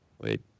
Wait